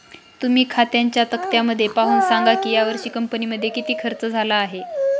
तुम्ही खात्यांच्या तक्त्यामध्ये पाहून सांगा की यावर्षी कंपनीमध्ये किती खर्च झाला आहे